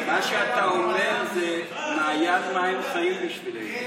לא בזה נמדד חבר כנסת, במספר החוקים שלו.